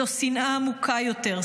זו שנאה עמוקה יותר.